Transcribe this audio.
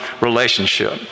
relationship